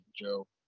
Joe